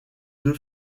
deux